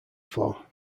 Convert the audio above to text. flow